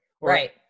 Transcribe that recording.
Right